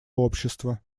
общество